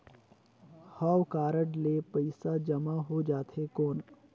हव कारड ले पइसा जमा हो जाथे कौन?